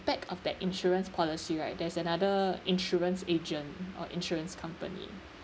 back of their insurance policy right there's another insurance agent or insurance company